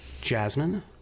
jasmine